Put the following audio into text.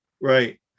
right